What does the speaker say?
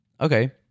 Okay